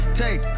take